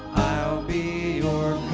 i'll be